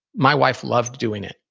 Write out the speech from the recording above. my wife loved doing it.